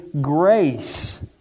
grace